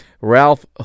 Ralph